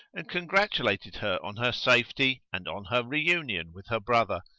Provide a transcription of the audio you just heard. and congratulated her on her safety and on her re union with her brother,